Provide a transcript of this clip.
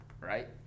Right